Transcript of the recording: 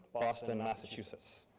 boston, massachusetts.